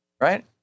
right